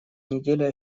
неделе